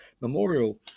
memorial